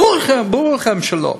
ברור לכם שלא,